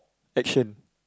action